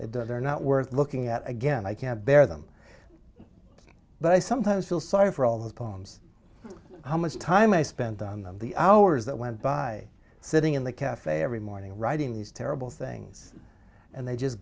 they're not worth looking at again i can't bear them but i sometimes feel sorry for all those poems how much time i spent on them the hours that went by sitting in the cafe every morning writing these terrible things and they just